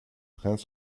trains